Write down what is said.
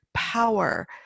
power